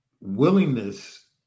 willingness